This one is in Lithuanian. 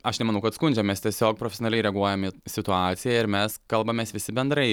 aš nemanau kad skundžiam mes tiesiog profesionaliai reaguojam į situaciją ir mes kalbamės visi bendrai